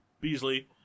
Beasley